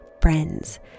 friends